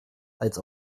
als